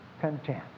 content